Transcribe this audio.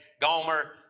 Gomer